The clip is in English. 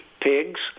pigs